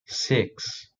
six